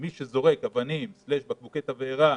למי שזורק אבנים או בקבוקי תבערה